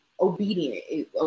obedient